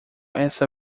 essa